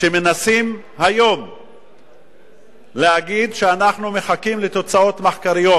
שמנסים היום להגיד שאנחנו מחכים לתוצאות מחקריות,